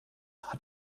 hat